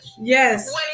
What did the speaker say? yes